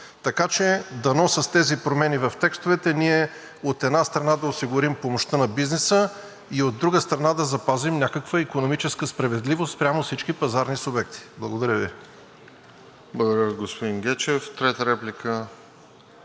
Така че дано с тези промени в текстовете, ние, от една страна, да осигурим помощта на бизнеса, и, от друга страна, да запазим някаква икономическа справедливост спрямо всички пазарни субекти. Благодаря Ви. ПРЕДСЕДАТЕЛ РОСЕН ЖЕЛЯЗКОВ: Благодаря Ви, господин Гечев. Трета реплика?